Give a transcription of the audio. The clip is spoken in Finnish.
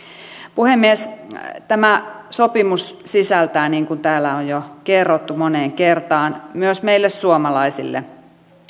puhemies tämä sopimus sisältää niin kuin täällä on jo kerrottu moneen kertaan myös meille suomalaisille